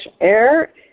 air